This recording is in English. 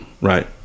right